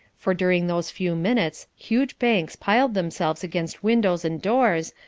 for during those few minutes huge banks piled themselves against windows and doors,